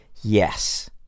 yes